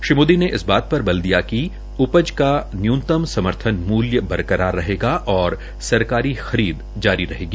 श्री मोदी ने इस बात पर बल दिया कि उपज का न्यूनतम समर्थन मूल्य बरकरार रहेगा और सरकारी खरीद जारी रहेगी